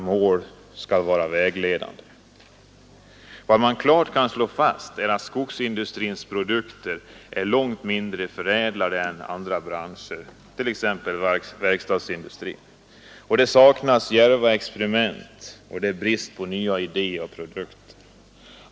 Det är därför vi kräver Vad man klart kan slå fast är att skogsindustrins produkter är långt mindre förädlade än andra branschers, t.ex. verkstadsindustrins. Det saknas djärva experiment, och det är brist på nya idéer och produkter.